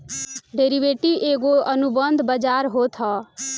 derivative एगो अनुबंध बाजार होत हअ